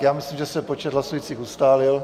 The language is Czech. Já myslím, že se počet hlasujících ustálil.